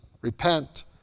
repent